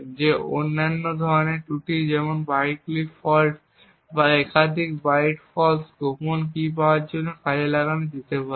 যে অন্যান্য ধরণের ত্রুটি যেমন বাইটগুলিতে ফল্ট বা একাধিক বাইট ফলস গোপন কী পাওয়ার জন্য কাজে লাগানো যেতে পারে